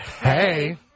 Hey